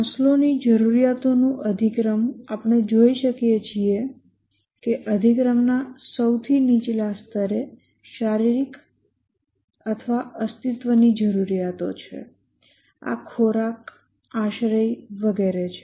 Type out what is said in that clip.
માસ્લોની જરૂરિયાતોનું અધિક્રમ આપણે જોઈ શકીએ છીએ કે અધિક્રમ ના સૌથી નીચલા સ્તરે શારીરિક અથવા અસ્તિત્વની જરૂરિયાતો છે આ ખોરાક આશ્રય વગેરે છે